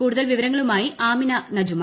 കൂടുതൽ വിവരങ്ങളുമായി ്ര ന നജ്യമ